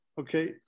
Okay